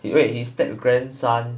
wait his step grandson